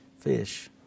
fish